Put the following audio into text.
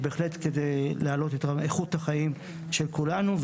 כדי להעלות את איכות החיים של כולנו.